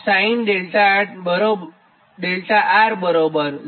8તેથી sin𝛿𝑅 0